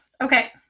Okay